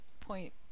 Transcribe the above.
point